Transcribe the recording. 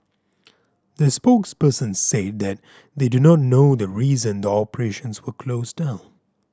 the spokesperson said that they do not know the reason the operations were closed down